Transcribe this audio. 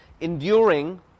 Enduring